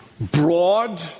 broad